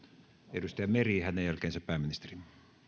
edustaja meri ja hänen jälkeensä pääministeri